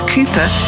Cooper